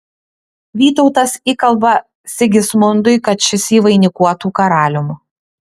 vytautas įkalba sigismundui kad šis jį vainikuotų karalium